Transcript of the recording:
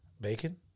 bacon